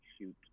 shoot